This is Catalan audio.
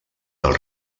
del